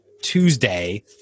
Tuesday